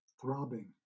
throbbing